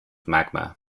magma